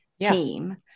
team